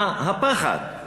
מה הפחד?